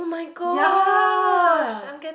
ya